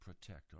protect